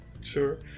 sure